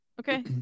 Okay